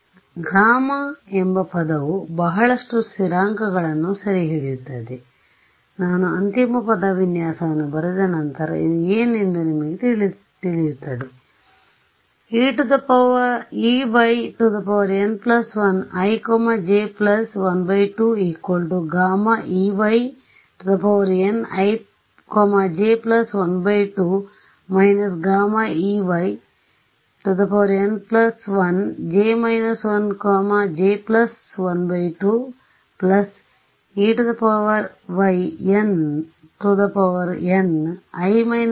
ಆದ್ದರಿಂದ ಗಾಮಾɣ ಎಂಬ ಪದವು ಬಹಳಷ್ಟು ಸ್ಥಿರಾಂಕಗಳನ್ನು ಸೆರೆಹಿಡಿಯುತ್ತದೆ ನಾನು ಅಂತಿಮ ಪದವಿನ್ಯಾಸವನ್ನು ಬರೆದ ನಂತರ ಇದು ಏನು ಎಂದು ನಿಮಗೆ ತಿಳಿಸುತ್ತೇನೆ